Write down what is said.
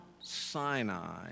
Sinai